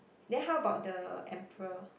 then how about the emperor